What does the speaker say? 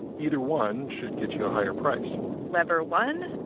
either one should get you a higher price lever one,